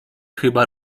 chyba